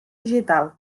digital